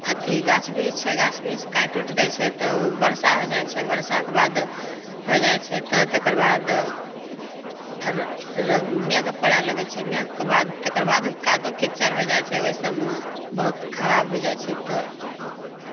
अथी गाछ वृक्ष छै गाछ वृक्ष काटि उटि दै छै तऽ वर्षा हो जाइ छै बरसाके बाद होइ जाइ छै तऽ तकर बाद फेर मेघ पड़य लगय छै मेघके बाद तकर बाद कादो कीचड़ होइ जाइ छै ओइ सबमे बहुत खराब होइ जाइ छै तऽ